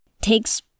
Takes